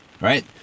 right